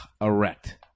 erect